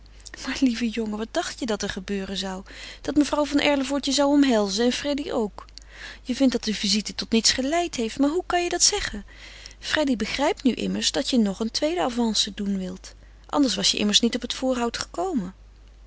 maar lieve jongen wat dacht je dat er gebeuren zou dat mevrouw van erlevoort je zou omhelzen en freddy ook je vindt dat die visite tot niets geleid heeft maar hoe kan je dat zeggen freddy begrijpt nu immers dat je nog van haar houdt dat je nog een tweede avance doen wilt anders was je immers niet op het voorhout gekomen